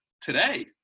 today